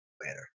better